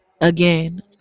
again